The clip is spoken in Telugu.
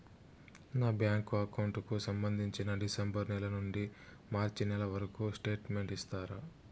నా బ్యాంకు అకౌంట్ కు సంబంధించి డిసెంబరు నెల నుండి మార్చి నెలవరకు స్టేట్మెంట్ ఇస్తారా?